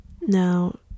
now